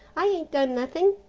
i ain't done nothing,